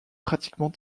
pratiquement